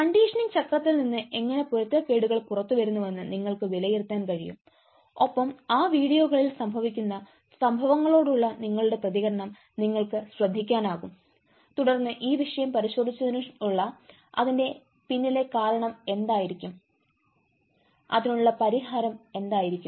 conditioning ചക്രത്തിൽ നിന്ന് എങ്ങനെ പൊരുത്തക്കേടുകൾ പുറത്തുവരുന്നുവെന്ന് നിങ്ങൾക്ക് വിലയിരുത്താൻ കഴിയും ഒപ്പം ആ വീഡിയോകളിൽ സംഭവിക്കുന്ന സംഭവങ്ങളോടുള്ള നിങ്ങളുടെ പ്രതികരണം നിങ്ങൾക്ക് ശ്രദ്ധിക്കാനാകും തുടർന്ന് ഈ വിഷയം പരിശോധിച്ചതിനുശേഷം അതിന്റെ പിന്നിലെ കാരണം എന്തായിരിക്കാം അതിനുള്ള പരിഹാരം എന്തായിരിക്കും